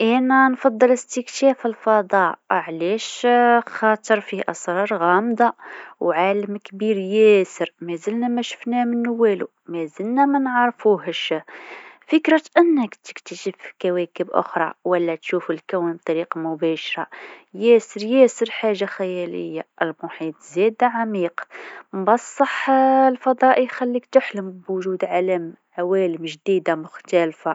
إينا نفضل استكشاف الفضاء علاش؟ خاتر فيه أسرار غامضه وعالم كبير ياسر مازلنا ما شفنا منو شي، مازلنا ما نعرفوهش، فكرة إنك تكتشف الكواكب ٱخرى والا تشوف الكون بطريقه مباشره ياسر ياسر حاجه خياليه، المحيط زاده عميق لكن الفضاء يخليك تحلم بوجود علم- عوالم جديده مختلفه.